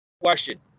question